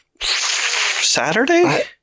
Saturday